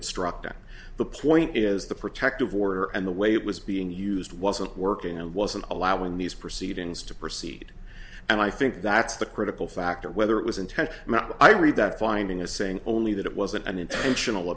obstructing the point is the protective order and the way it was being used wasn't working and wasn't allowing these proceedings to proceed and i think that's the critical factor whether it was intent i read that finding a saying only that it wasn't an intentional